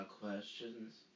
questions